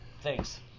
thanks